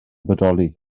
bodoli